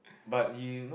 but you know